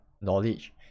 knowledge